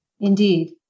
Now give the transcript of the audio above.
Indeed